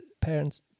parents